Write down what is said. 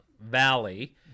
valley